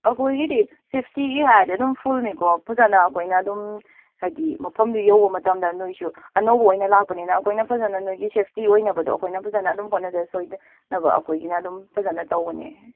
ꯑꯩꯈꯣꯏꯒꯤꯗꯤ ꯁꯦꯐꯇꯤꯒꯤ ꯍꯥꯏꯔꯗꯤ ꯑꯗꯨꯝ ꯐꯨꯜꯅꯤꯀꯣ ꯐꯖꯅ ꯑꯩꯈꯣꯏꯅ ꯑꯗꯨꯝ ꯍꯥꯏꯗꯤ ꯃꯐꯝꯗꯨ ꯌꯧꯕ ꯃꯇꯝꯗ ꯅꯣꯏꯁꯨ ꯑꯅꯧꯕ ꯑꯣꯏꯅ ꯂꯥꯛꯄꯅꯤꯅ ꯑꯩꯈꯣꯏꯅ ꯐꯖꯅ ꯅꯣꯏꯒꯤ ꯁꯦꯐꯇꯤ ꯑꯣꯏꯅꯕꯗꯣ ꯑꯩꯈꯣꯏꯅ ꯐꯖꯅ ꯑꯗꯨꯝ ꯍꯣꯠꯅꯖ ꯁꯣꯏꯗꯅꯕ ꯑꯩꯈꯣꯏꯒꯤꯅ ꯑꯗꯨꯝ ꯐꯖꯅ ꯇꯧꯒꯅꯤ